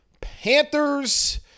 Panthers